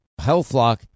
HealthLock